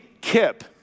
Kip